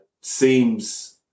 seems